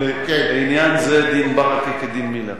בעניין זה דין ברכה כדין מילר.